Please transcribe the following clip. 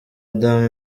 adam